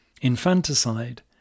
Infanticide